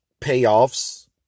payoffs